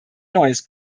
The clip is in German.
neues